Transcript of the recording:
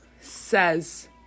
says